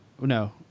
No